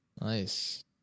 Nice